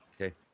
Okay